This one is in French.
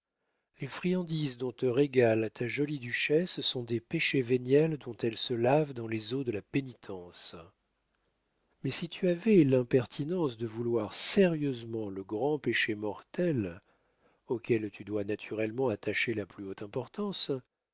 les friandises dont te régale ta jolie duchesse sont des péchés véniels dont elle se lave dans les eaux de la pénitence mais si tu avais l'impertinence de vouloir sérieusement le grand péché mortel auquel tu dois naturellement attacher la plus haute importance